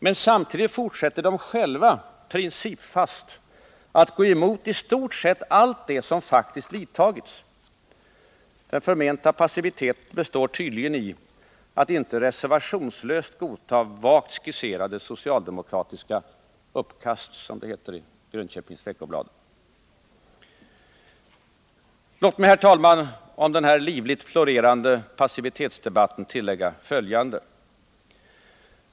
Men samtidigt fortsätter de principfast att gå emot i stort sett allt det som faktiskt har vidtagits. Den förmenta passiviteten består tydligen i att vi inte reservationslöst godtar vagt skisserade socialdemokratiska uppkast, som det heter i Grönköpings Veckoblad. Låt mig, herr talman, om den just nu livligt florerande passivitetsdebatten tillägga följande.